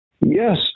Yes